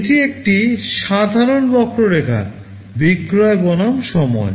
এটি একটি সাধারণ বক্ররেখা বিক্রয় বনাম সময়